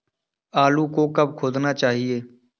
आलू को कब खोदना चाहिए?